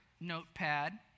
notepad